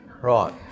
Right